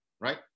right